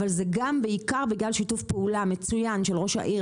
אבל זה בעיקר בגלל שיתוף פעולה מצוין של ראש העיר,